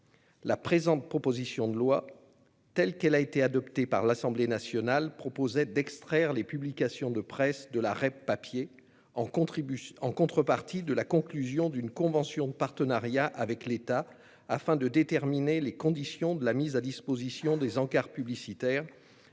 La présente proposition de loi, ainsi qu'elle a été adoptée par l'Assemblée nationale, prévoyait d'extraire les publications de presse de la REP papier, en contrepartie de la conclusion d'une convention de partenariat avec l'État afin de déterminer les conditions de la mise à disposition des encarts publicitaires